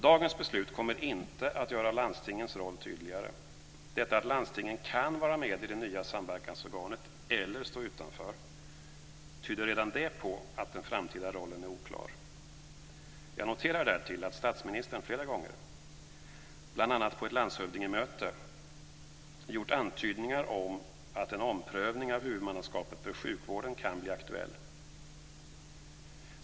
Dagens beslut kommer inte att göra landstingens roll tydligare. Redan detta att landstingen kan vara med i det nya samverkansorganet eller stå utanför tyder på att den framtida rollen är oklar. Jag noterar därtill att statsministern flera gånger, bl.a. på ett landshövdingemöte, gjort antydningar om att en omprövning av huvudmannaskapet för sjukvården kan bli aktuell.